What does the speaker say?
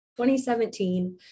2017